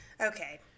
Okay